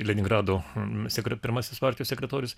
leningrado pirmasis partijos sekretorius